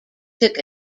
took